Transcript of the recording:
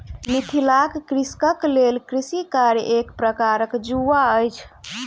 मिथिलाक कृषकक लेल कृषि कार्य एक प्रकारक जुआ अछि